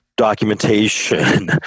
documentation